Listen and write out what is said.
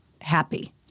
happy